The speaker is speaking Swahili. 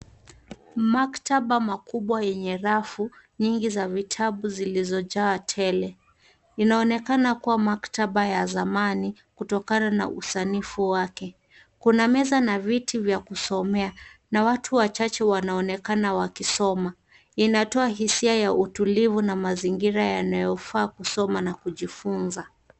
Maktaba makubwa yenye rafu nyingi za vitabu zilizojaa tele. Inaonekana kua maktaba ya zamani, kutokana na usanifu wake. Kuna meza na viti vya kusomea, na watu wachache wanaonekana wakisoma. Inatoa hisia ya utulivu na mazingira yanayofaa kusoma na kujifunza.